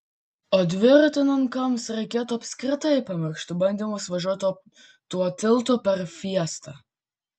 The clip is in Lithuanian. o dviratininkams reikėtų apskritai pamiršti bandymus važiuoti tuo tiltu per fiestą